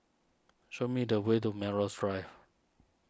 show me the way to Melrose Drive